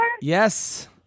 Yes